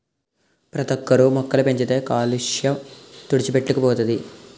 ప్రతోక్కరు మొక్కలు పెంచితే కాలుష్య తుడిచిపెట్టుకు పోతది